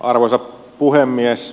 arvoisa puhemies